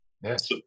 Yes